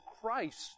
Christ